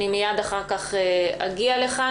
מייד אחר כך אני אגיע לכאן,